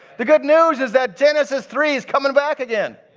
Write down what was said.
the good news is that genesis three is coming back again.